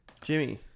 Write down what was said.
Jimmy